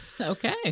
Okay